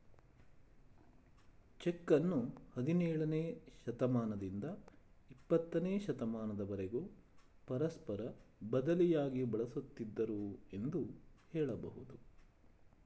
ಚೆಕ್ಕನ್ನು ಹದಿನೇಳನೇ ಶತಮಾನದಿಂದ ಇಪ್ಪತ್ತನೇ ಶತಮಾನದವರೆಗೂ ಪರಸ್ಪರ ಬದಲಿಯಾಗಿ ಬಳಸುತ್ತಿದ್ದುದೃ ಎಂದು ಹೇಳಬಹುದು